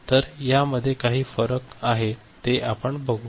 तर या मध्ये काही फरक आहे तेही आपणही बघू